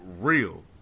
real